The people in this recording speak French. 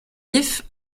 vif